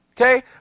Okay